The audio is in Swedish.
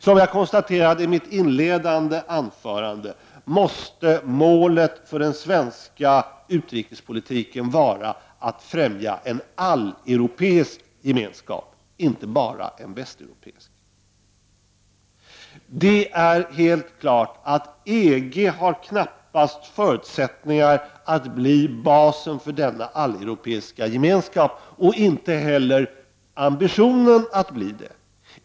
Som jag konstaterade i mitt inledande anförande måste målet för den svenska utrikespolitiken vara att främja en alleuropeisk gemenskap, inte bara en västeuropeisk. Det står helt klart att EG knappast har förutsättningar att bli basen för denna alleuropeiska gemenskap och inte heller ambitionen att bli det.